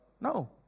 No